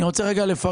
אני רוצה לפרט.